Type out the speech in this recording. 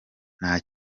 nta